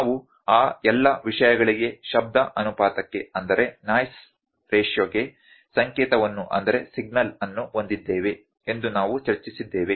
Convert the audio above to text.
ನಾವು ಆ ಎಲ್ಲಾ ವಿಷಯಗಳಿಗೆ ಶಬ್ದ ಅನುಪಾತಕ್ಕೆ ಸಂಕೇತವನ್ನು ಹೊಂದಿದ್ದೇವೆ ಎಂದು ನಾವು ಚರ್ಚಿಸಿದ್ದೇವೆ